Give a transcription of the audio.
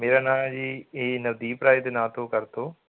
ਮੇਰਾ ਨਾਂ ਹੈ ਜੀ ਹੀ ਨਵਦੀਪ ਰਾਜ ਦੇ ਨਾਂ ਤੋਂ ਕਰ ਦਿਓ